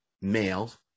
males